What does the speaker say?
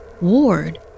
Ward